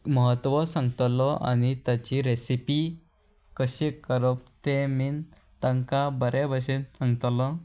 म्हत्व सांगतलो आनी ताची रेसिपी कशें करप तेमीन तांकां बरे भशेन सांगतलो